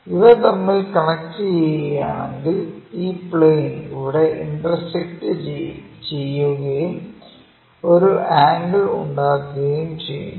ഇവ തമ്മിൽ കണക്റ്റു ചെയ്യുകയാണെങ്കിൽ ഈ പ്ലെയിൻ ഇവിടെ ഇന്റർസെക്റ്റു ചെയ്യുകയും ഒരു ആംഗിൾ ഉണ്ടാക്കുകയും ചെയുന്നു